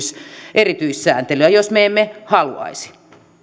erityissääntelyä jos me emme haluaisi